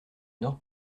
nord